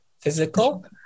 physical